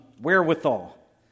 wherewithal